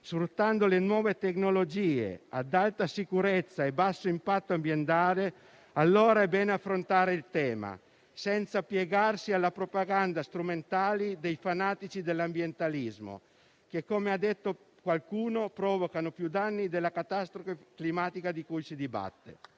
sfruttando le nuove tecnologie ad alta sicurezza e a basso impatto ambientale, allora è bene affrontare il tema, senza piegarsi alla propaganda strumentale dei fanatici dell'ambientalismo che, come ha detto qualcuno, provocano più danni della catastrofe climatica di cui si dibatte.